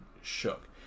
shook